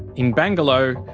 in bangalow,